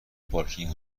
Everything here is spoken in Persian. پارکینگ